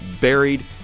buried